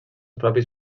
propis